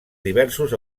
diversos